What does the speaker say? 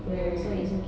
mm mm